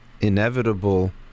inevitable